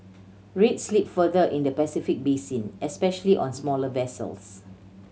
rates slipped further in the Pacific basin especially on smaller vessels